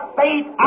faith